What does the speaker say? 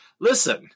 Listen